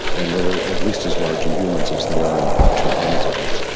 and they are at least as large in humans as they are in a chimpanzee, let's